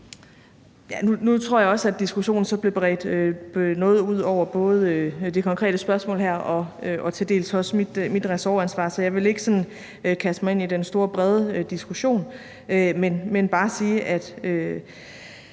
Nu tror jeg også, at diskussionen blev bredt noget ud over både det konkrete spørgsmål her og til dels også mit ressortansvar, så jeg vil ikke sådan kaste mig ud i den store brede diskussion, men bare sige, at